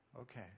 okay